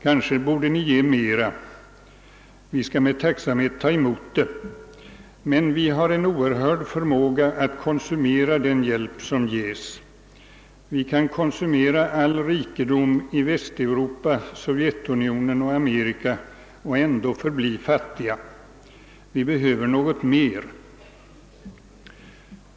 Kanske borde ni ge mera. Vi skall med tacksamhet ta emot det. Men vi har en oerhörd förmåga att konsumera den hjälp som ges. Vi kan konsumera all rikedom i Västeuropa, Sovjetunionen och Amerika och ändå förbli fattiga. Vi behöver något mer.